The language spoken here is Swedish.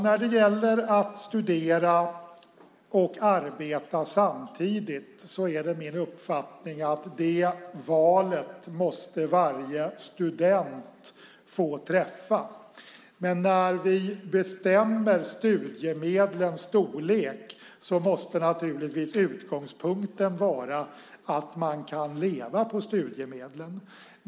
När det gäller att studera och arbeta samtidigt är det min uppfattning att varje student måste få träffa det valet själv, men när vi bestämmer studiemedlens storlek måste naturligtvis utgångspunkten vara att man ska kunna leva på studiemedlen.